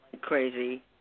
crazy